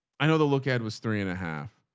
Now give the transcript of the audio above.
i know the look ad was three and a half.